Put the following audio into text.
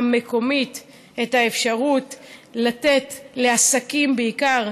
המקומית את האפשרות לתת, לעסקים בעיקר,